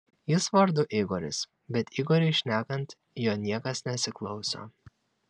jis vardu igoris bet igoriui šnekant jo niekas nesiklauso